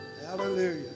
hallelujah